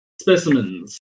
specimens